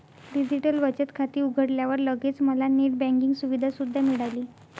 digital बचत खाते उघडल्यावर लगेच मला नेट बँकिंग सुविधा सुद्धा मिळाली